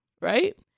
Right